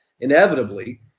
inevitably